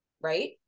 right